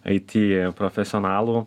aity profesionalų